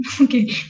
okay